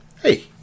Hey